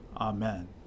Amen